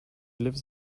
lives